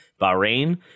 Bahrain